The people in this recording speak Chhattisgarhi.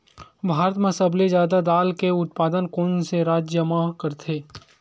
भारत मा सबले जादा दाल के उत्पादन कोन से राज्य हा करथे?